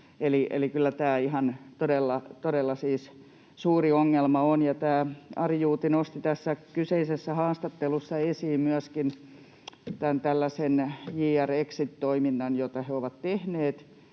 todella, todella suuri ongelma on. Tämä Ari Juuti nosti tässä kyseisessä haastattelussa esiin myöskin tällaisen jr-exit-toiminnan, jota he ovat tehneet.